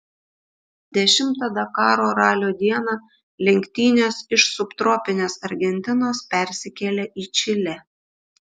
dešimtą dakaro ralio dieną lenktynės iš subtropinės argentinos persikėlė į čilę